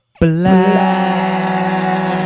black